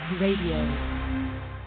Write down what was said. radio